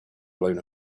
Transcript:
blown